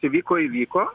įvyko įvyko